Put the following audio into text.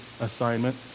assignment